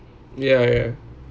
ya ya